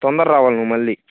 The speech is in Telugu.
తొందరగ రావాలి నువ్వు మళ్ళీ